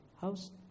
house